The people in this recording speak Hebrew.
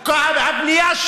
זאת בנייה בלתי חוקית.